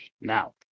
now